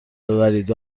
ببرید